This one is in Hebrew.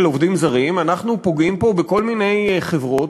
עובדים זרים אנחנו פוגעים פה בכל מיני חברות,